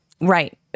right